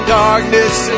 darkness